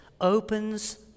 opens